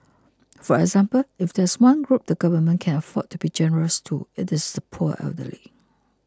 for example if there is one group the Government can afford to be generous to it is the poor elderly